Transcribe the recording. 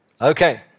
Okay